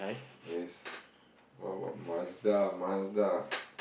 yes what about Mazda Mazda